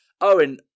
Owen